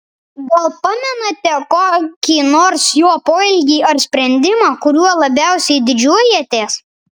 gal pamenate kokį nors jo poelgį ar sprendimą kuriuo labiausiai didžiuojatės